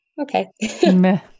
okay